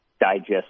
digest